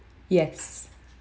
yes